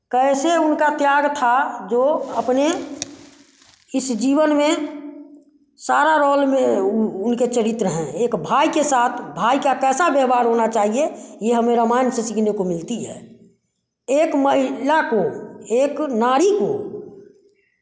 कैसे उनका त्याग था जो अपने इस जीवन में सारा रॉल में उनके चरित्र हैं एक भाई के साथ भाई क्या कैसा व्यवहार होना चाहिए यह हमें रामायण से सीखने को मिलती है एक महिला को एक नारी को